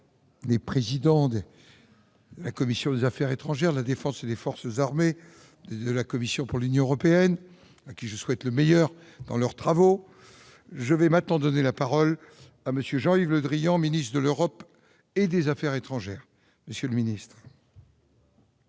les président de la commission des Affaires étrangères de la Défense et des forces armées de la Commission pour l'Union européenne à qui je souhaite le meilleur dans leurs travaux, je vais maintenant donner la parole à monsieur Jean-Yves Le Drian, ministre de l'Europe et des Affaires étrangères,